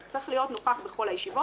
ואז צריך להיות נוכח בכל הישיבות.